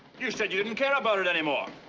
you said you didn't care about it anymore.